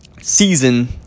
season